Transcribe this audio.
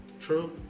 True